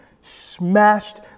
smashed